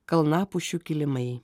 kalnapušių kilimai